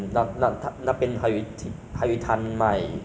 mee hoon kueh 那摊那个生意也不错我觉得那摊